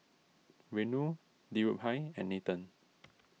Renu Dhirubhai and Nathan